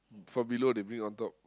from below they bring on top